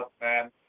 man